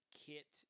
kit